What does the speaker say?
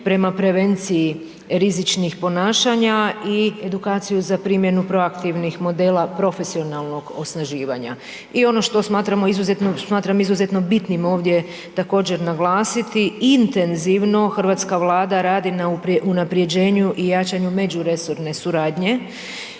prema prevenciji rizičnih ponašanja i edukaciju za primjenu proaktivnih modela profesionalnog osnaživanja. I ono što smatram izuzetno bitnim ovdje također naglasiti, intenzivno, hrvatska Vlada radi na unaprjeđenju i jačanju međuresorne suradnje